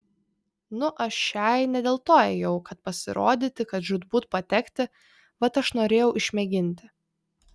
nu aš šiai ne dėl to ėjau kad pasirodyti kad žūtbūt patekti vat aš norėjau išmėginti